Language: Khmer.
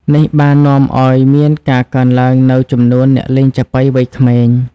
នេះបាននាំឱ្យមានការកើនឡើងនូវចំនួនអ្នកលេងចាប៉ីវ័យក្មេង។